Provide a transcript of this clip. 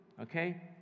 Okay